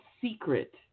secret